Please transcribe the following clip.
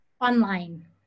online